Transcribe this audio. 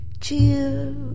cheer